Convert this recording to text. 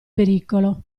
pericolo